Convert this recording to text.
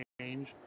change